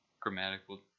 grammatical